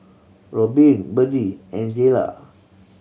Robyn Byrdie and Jaylah